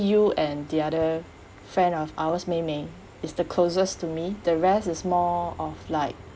you and the other friend of ours mei mei is the closest to me the rest is more of like